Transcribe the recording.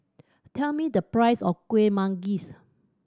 tell me the price of Kueh Manggis